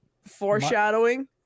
foreshadowing